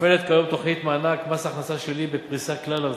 מופעלת כיום תוכנית מענק מס הכנסה שלילי בפריסה כלל-ארצית,